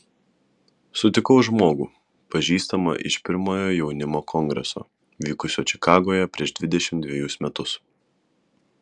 sutikau žmogų pažįstamą iš pirmojo jaunimo kongreso vykusio čikagoje prieš dvidešimt dvejus metus